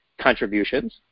contributions